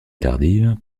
tardive